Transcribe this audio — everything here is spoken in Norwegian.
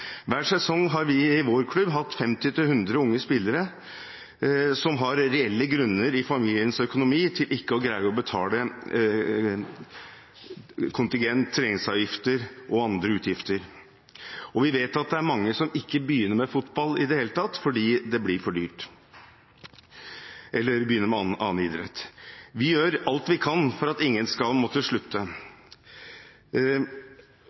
Hver sesong har vi i vår klubb hatt 50–100 unge spillere som ut fra familiens økonomi har reelle grunner til ikke å greie å betale kontingent, treningsavgifter og andre utgifter. Vi vet at det er mange som ikke begynner med fotball i det hele tatt, eller begynner med annen idrett, fordi det blir for dyrt. Vi gjør alt vi kan for at ingen skal måtte slutte,